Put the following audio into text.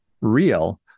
real